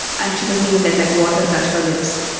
and she doesn't even let, like, water touch her lips,